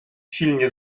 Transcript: silnie